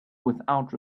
without